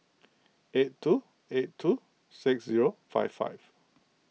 eight two eight two six zero five five